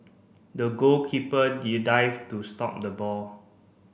the goalkeeper dived to stop the ball